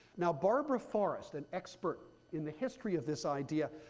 now barbara forrest, an expert in the history of this idea,